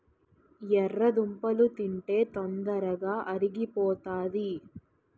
ఎర్రదుంపలు తింటే తొందరగా అరిగిపోతాది